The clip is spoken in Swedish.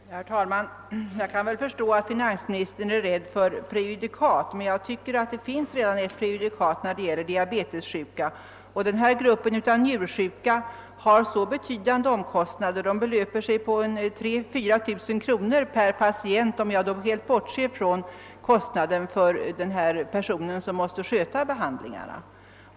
Herr talman! Jag kan väl förstå att finansministern är rädd för 'prejudikat, men det finns redan ett prejudikat när det gäller diabetessjuka, och denna grupp av njursjuka har omkostnader som belöper sig till :3000— 4000 kronor per patient om jag helt bortser från kostnaderna för den person som måste sköta behandlingarna.